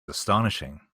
astonishing